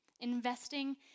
investing